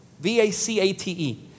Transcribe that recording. V-A-C-A-T-E